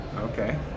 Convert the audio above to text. Okay